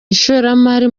ishoramari